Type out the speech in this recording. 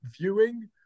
viewing